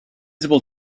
visible